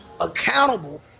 accountable